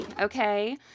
Okay